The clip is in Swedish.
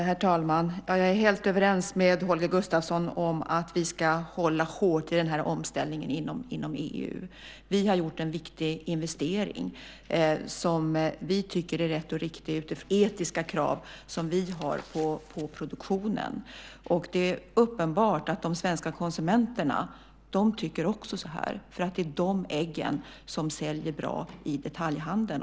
Herr talman! Jag är helt överens med Holger Gustafsson om att vi ska hålla hårt i den här omställningen inom EU. Vi har gjort en viktig investering som vi tycker är rätt och riktig utifrån de etiska krav som vi har på produktionen. Och det är uppenbart att de svenska konsumenterna också tycker det eftersom det är dessa ägg som säljer bra i detaljhandeln.